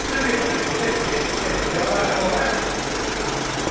நன்றிப்பா நன்றிப்பா சரிப்பா சரிப்பா சரிப்பா வச்சிடவாப்பா கிளம்பவாப்பா ஆ